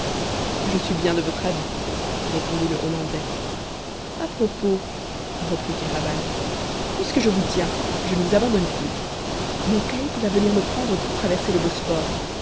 je suis bien de votre avis répondit le hollandais a propos reprit kéraban puisque je vous tiens je ne vous abandonne plus mon caïque va venir me prendre pour traverser le bosphore